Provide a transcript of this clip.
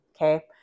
Okay